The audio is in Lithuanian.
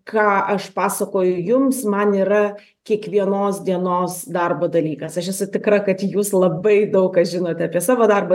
ką aš pasakoju jums man yra kiekvienos dienos darbo dalykas aš esu tikra kad jūs labai daug ką žinote apie savo darbą